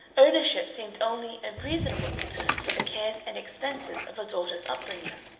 ownership seemed only a reasonable return for the cares and expenses of a daughter's upbringing.